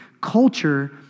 culture